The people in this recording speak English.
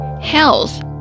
health